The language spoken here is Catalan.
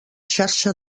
xarxa